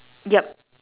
yup